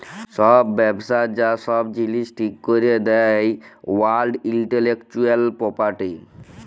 ছব ব্যবসার যা ছব জিলিস ঠিক ক্যরে দেই ওয়ার্ল্ড ইলটেলেকচুয়াল পরপার্টি